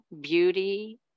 beauty